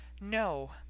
no